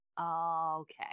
Okay